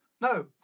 No